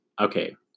Okay